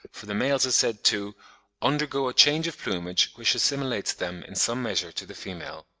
for the males are said to undergo a change of plumage, which assimilates them in some measure to the female.